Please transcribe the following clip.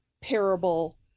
parable